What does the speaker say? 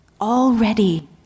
Already